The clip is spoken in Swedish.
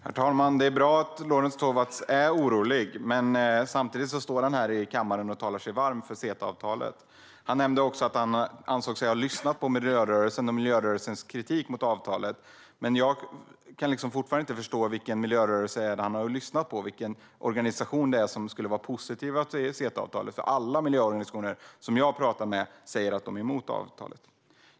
Herr talman! Det är bra att Lorentz Tovatt är orolig. Men samtidigt står han här i kammaren och talar sig varm för CETA-avtalet. Han nämnde också att han ansåg sig ha lyssnat på miljörörelsen och miljörörelsens kritik mot avtalet. Men jag kan inte förstå vilken miljörörelse det är han har lyssnat på och vilken organisation det är som skulle vara positiv till CETA-avtalet, för alla miljöorganisationer som jag har talat med säger att de är emot avtalet.